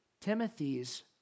Timothy's